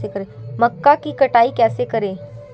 मक्का की कटाई कैसे करें?